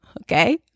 okay